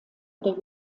oder